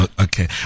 Okay